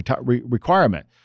requirement